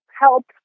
help